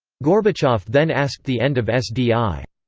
gorbachev then asked the end of sdi.